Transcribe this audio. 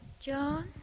John